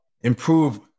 improve